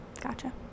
Gotcha